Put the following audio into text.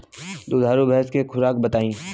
दुधारू भैंस के खुराक बताई?